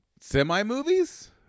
Semi-movies